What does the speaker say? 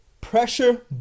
Pressure